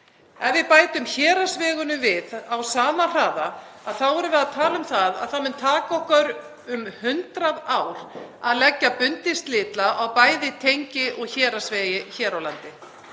Ef við bætum héraðsvegunum við á sama hraða erum við að tala um að það muni taka okkur um 100 ár að leggja bundið slitlag á bæði tengi- og héraðsvegi hér á landi.